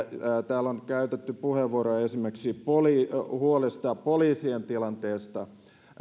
täällä on käytetty muutamia puheenvuoroja esimerkiksi huolesta poliisien tilanteesta